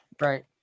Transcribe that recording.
Right